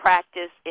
Practice